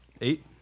Eight